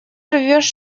рвешь